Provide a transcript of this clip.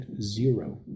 zero